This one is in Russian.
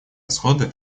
расходы